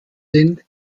sind